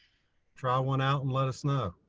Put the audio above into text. try one out and let us know.